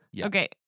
Okay